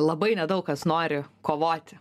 labai nedaug kas nori kovoti